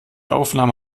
aufnahme